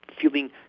feeling